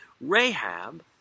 Rahab